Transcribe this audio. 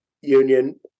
union